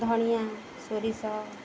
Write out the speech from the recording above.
ଧନିଆ ସୋରିଷ